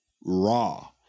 raw